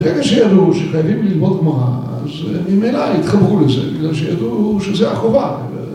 ברגע שידעו שחייבים ללמוד גמרא אז ממילא התחברו לזה בגלל שידעו שזו החובה